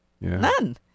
none